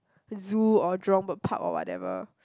Zoo or Jurong-Bird-Park or whatever